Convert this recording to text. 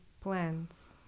plants